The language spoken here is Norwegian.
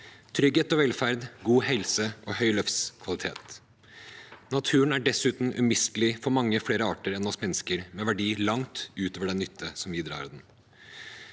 trygghet og velferd, god helse og høy livskvalitet. Naturen er dessuten umistelig for mange flere arter enn oss mennesker, med verdi langt utover den nytte som vi drar av den.